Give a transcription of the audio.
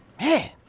Man